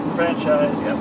franchise